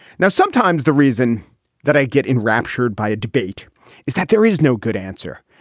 now, sometimes the reason that i get enraptured by a debate is that there is no good answer.